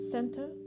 Center